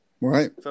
Right